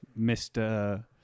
Mr